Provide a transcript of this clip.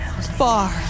far